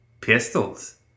Pistols